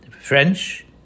French